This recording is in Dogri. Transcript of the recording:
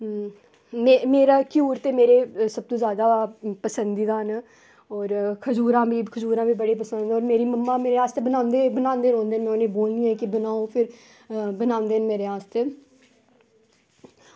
मेरे घ्यूर ते मेरे सत्तू सब तों जादा पसंदीदा न होर खजूरां बी मिगी बड़ियां पसंद न मेरी मम्मा मिगी अस ते बनांदे रौहंदे ते मेरे आस्तै बनांदे रौहंदे